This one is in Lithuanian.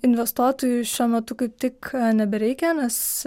investuotojų šiuo metu kaip tik nebereikia nes